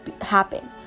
happen